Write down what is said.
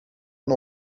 een